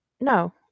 no